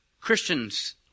Christians